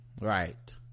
right